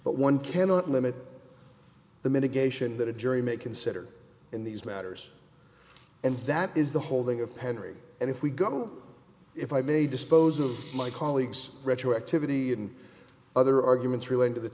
but one cannot limit the mitigation that a jury may consider in these matters and that is the holding of penry and if we go if i may dispose of my colleagues retroactivity and other arguments relating to the